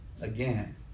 again